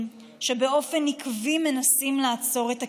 שבאופן עקבי מנסים לעצור את הקדמה,